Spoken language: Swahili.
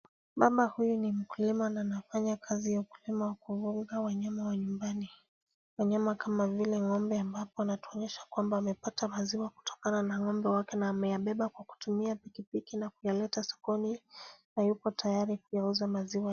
Mama huyu ni mkulima na anafanya kazi ya ukulima wa kufuga wanyama wa nyumbani, wanyama kama vile ng'ombe ambapo anatuonyesha kwamba amepata maziwa kutokana na ng'ombe wake na ameyabeba kutumia pikipiki na kuyaleta sokoni na yuko tayari kuyauza maziwa.